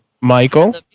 Michael